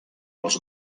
els